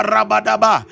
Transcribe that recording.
Rabadaba